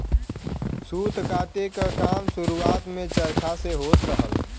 सूत काते क काम शुरुआत में चरखा से होत रहल